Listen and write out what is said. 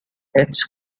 its